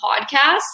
podcast